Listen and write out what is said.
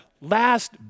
last